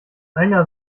einer